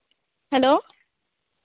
hello